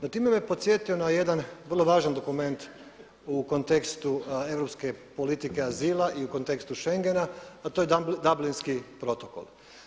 No, time me podsjetio na jedan vrlo važan dokument u kontekstu europske politike azila i u kontekstu schengena a to je Dublinski protokol.